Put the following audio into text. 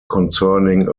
concerning